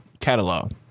catalog